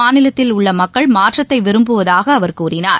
மாநிலத்தில் உள்ள மக்கள் மாற்றத்தை விரும்புவதாக அவர் கூறினார்